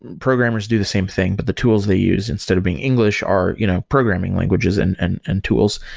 and programmers do the same thing, but the tools they use, instead of being english, are you know programming languages and and and tools.